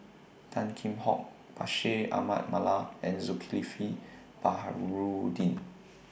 Tan Kheam Hock Bashir Ahmad Mallal and Zulkifli Baharudin